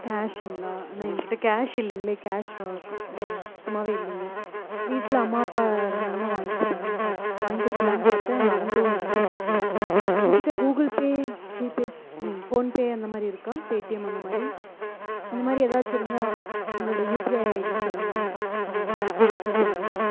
கேஷுங்களா அண்ணா எங்கிட்டே கேஷ் இல்லைங்களே கேஷ் சுத்தமாகவே இல்லைங்க வீட்டில் அம்மா அப்பா இருந்தாங்கன்னா வாய்ங்கி கொடுப்பாங்கன்னு வாய்ங்கி குடுத்துடலான்னு பார்த்தேன் அவங்களும் வீடு பூட்டியிருக்கு உங்கிட்டே Google Pay G Pay I mean PhonePe அந்த மாதிரி இருக்கா பேடிஎம் அந்த மாதிரி அந்த மாதிரி எதாச்சும் இருந்தால் உங்களோட யுபிஐ ஐடி சொல்லுங்கள் டிரான்ஸ்ஃபர் பண்ணிடுறேன்